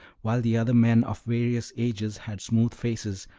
while the other men, of various ages, had smooth faces,